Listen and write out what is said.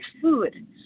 food